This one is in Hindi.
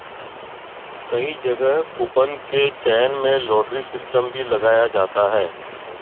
कई जगह कूपन के चयन में लॉटरी सिस्टम भी लगाया जाता है